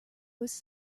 was